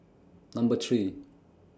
Number three